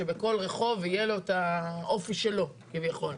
שבכל רחוב יהיה לו את האופי שלו כביכול.